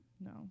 No